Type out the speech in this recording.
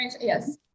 Yes